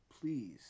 Please